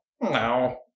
No